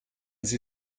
sie